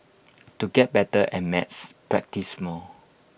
to get better at maths practise more